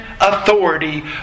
authority